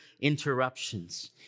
interruptions